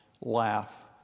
laugh